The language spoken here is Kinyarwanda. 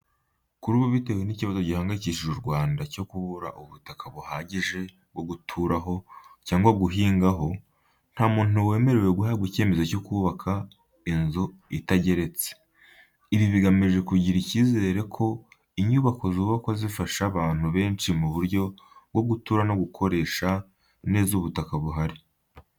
Kuri ubu bitewe n’ikibazo gihangayikishije u Rwanda cyo kubura ubutaka buhagije bwo guturaho cyangwa guhingaho, nta muntu wemerewe guhabwa icyemezo cyo kubaka inzu itageretse. Ibi bigamije kugira icyizere ko inyubako zubakwa zizafasha abantu benshi mu buryo bwo gutura no gukoresha neza ubutaka buhari.